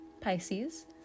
Pisces